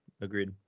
Agreed